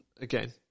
again